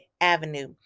Avenue